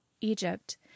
Egypt